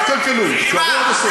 אל תקלקלו, תישארו עד הסוף.